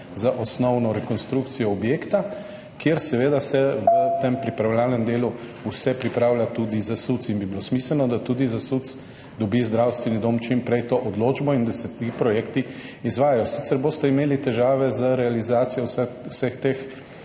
za osnovno rekonstrukcijo objekta, kjer seveda se v tem pripravljalnem delu vse pripravlja tudi za SUC. Smiselno bi bilo, da dobi tudi za SUC zdravstveni dom čim prej to odločbo in da se ti projekti izvajajo, sicer boste imeli težave z realizacijo vseh teh